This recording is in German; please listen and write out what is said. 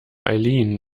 eileen